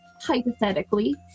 Hypothetically